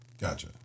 Gotcha